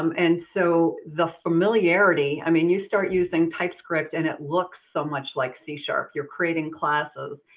um and so the familiarity, i mean, you start using typescript and it looks so much like c sharp. you're creating classes.